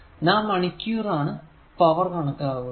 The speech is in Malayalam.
നാം മണിക്കൂറിൽ ആണ് പവർ കണക്കു കൂട്ടുന്നത്